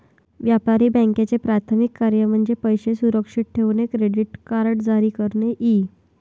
व्यापारी बँकांचे प्राथमिक कार्य म्हणजे पैसे सुरक्षित ठेवणे, क्रेडिट कार्ड जारी करणे इ